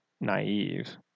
naive